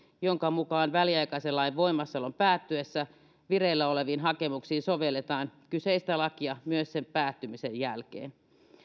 jonka mukaan väliaikaisen lain voimassaolon päättyessä vireillä oleviin hakemuksiin sovelletaan kyseistä lakia myös sen päättymisen jälkeen